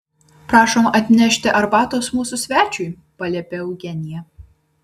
prašom atnešti arbatos mūsų svečiui paliepė eugenija